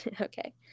Okay